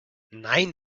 nein